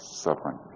suffering